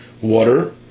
water